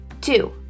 Two